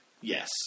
yes